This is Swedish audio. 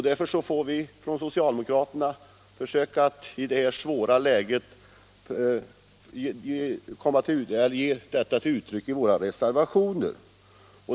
Därför får vi från socialdemokraterna försöka ge uttryck åt denna vilja i reservationer.